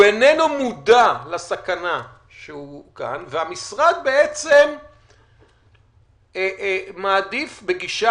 הוא אינו מודע לסכנה שהוא מאוכן והמשרד בעצם מעדיף בגישה